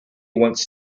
wants